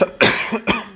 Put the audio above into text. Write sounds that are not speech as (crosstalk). (coughs)